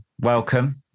welcome